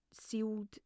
sealed